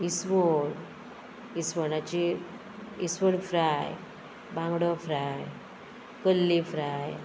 इसवण इसवणाची इसवण फ्राय बांगडो फ्राय कल्ली फ्राय